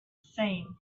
same